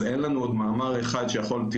אז אין לנו עוד מאמר אחד שיכול להגיד,